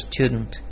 student